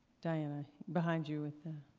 diana, behind you with